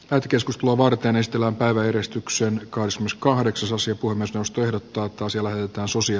hätäkeskus lovarganestilan päiväjärjestykseen kaislskahdeksasosia kuin myös rusty ottaa toisella taas uusia